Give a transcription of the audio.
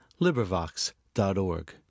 LibriVox.org